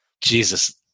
Jesus